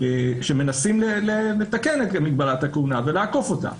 שמנסים לתקן את מגבלת הכהונה ולעקוף אותה.